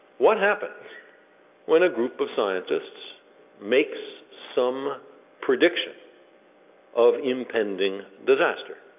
what happens when a group of scientists makes some predictions of impending disaster?